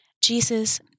Jesus